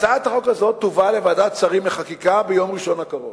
הצעת החוק הזאת תובא לוועדת שרים לחקיקה ביום ראשון הקרוב,